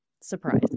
Surprise